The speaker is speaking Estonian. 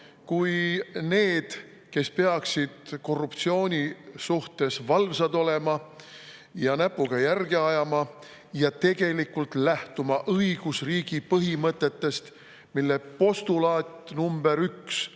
kui need, kes peaksid korruptsiooni suhtes valvsad olema ja näpuga järge ajama ja tegelikult lähtuma õigusriigi põhimõtetest, mille postulaat nr 1,